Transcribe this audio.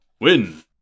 Win